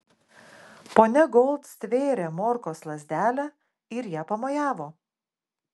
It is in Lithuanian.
ponia gold stvėrė morkos lazdelę ir ja pamojavo